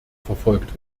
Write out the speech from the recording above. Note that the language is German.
verfolgt